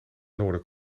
noorden